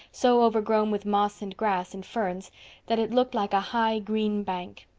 so overgrown with moss and grass and ferns that it looked like a high, green bank.